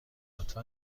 لطفا